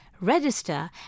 Register